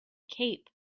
cape